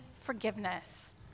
forgiveness